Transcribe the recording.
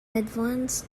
advanced